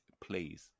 please